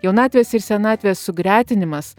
jaunatvės ir senatvės sugretinimas